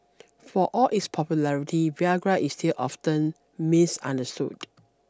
for all its popularity Viagra is still often misunderstood